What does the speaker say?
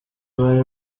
bari